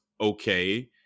okay